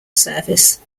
service